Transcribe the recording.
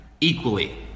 equally